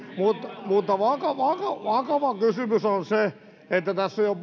mutta vakava kysymys on se että tässä on jo